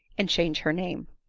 and change her name.